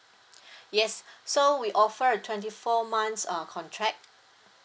yes so we offer a twenty four months uh contract